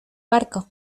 barco